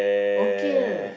okay